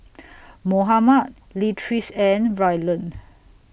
Mohammad Leatrice and Rylan